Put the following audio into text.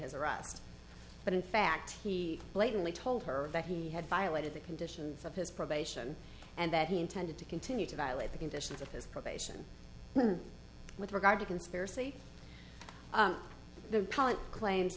has arrived but in fact he blatantly told her that he had violated the conditions of his probation and that he intended to continue to violate the conditions of his probation with regard to conspiracy the claims